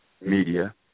media